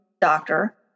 doctor